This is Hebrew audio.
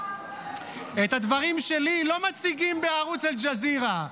את הדברים שלי לא מציגים בערוץ אל-ג'זירה.